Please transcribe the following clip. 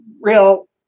real